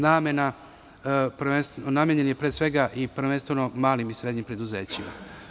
Namenjen je, pre svega i prvenstveno, malim i srednjim preduzećima.